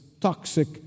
toxic